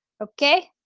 Okay